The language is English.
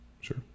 Sure